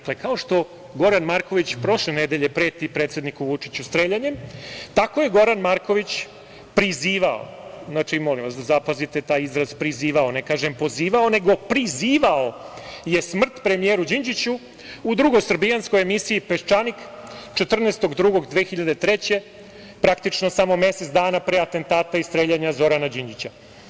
Kao što Goran Marković prošle nedelje preti predsedniku Vučiću streljanjem, tako je Goran Marković prizivao, molim vas da zapazite taj izraz "prizivao", ne kažem "pozivao" nego "prizivao", je smrt premijeru Đinđiću u drugosrbijanskoj emisiji "Peščanik", 14. 2. 2003. godine, praktično samo mesec dana pre atentata i streljanja Zorana Đinđića.